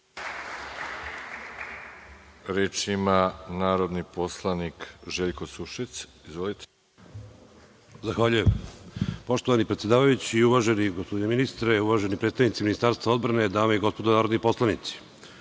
Reč ima narodni poslanik Željko Sušec. Izvolite. **Željko Sušec** Zahvaljujem. Poštovani predsedavajući, uvaženi gospodine ministre, uvaženi predstavnici Ministarstva odbrane, dame i gospodo narodni poslanici. Učešće